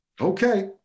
Okay